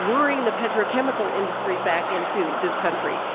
luring and the petrochemical industry back into this country,